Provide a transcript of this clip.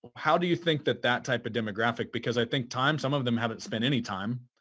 how do you think that that type of demographic? because i think time some of them haven't spent any time,